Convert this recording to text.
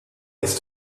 ist